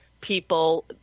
people